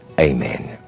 Amen